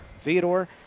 Theodore